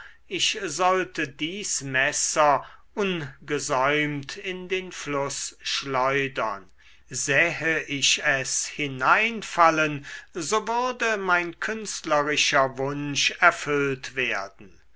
ich sollte dies messer ungesäumt in den fluß schleudern sähe ich es hineinfallen so würde mein künstlerischer wunsch erfüllt werden